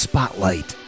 Spotlight